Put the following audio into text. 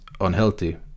unhealthy